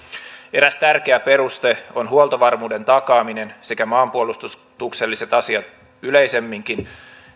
eräs tärkeä peruste on huoltovarmuuden takaaminen sekä maanpuolustukselliset asiat yleisemminkin